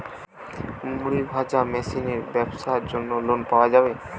মুড়ি ভাজা মেশিনের ব্যাবসার জন্য লোন পাওয়া যাবে?